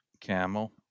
Camel